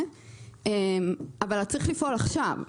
אבל צריך לפעול עכשיו,